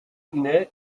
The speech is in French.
naît